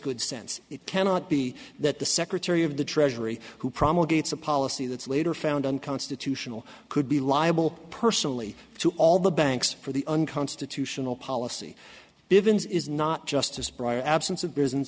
good sense it cannot be that the secretary of the treasury who promulgated a policy that's later found unconstitutional could be liable personally to all the banks for the unconstitutional policy bivins is not justice brian absence of business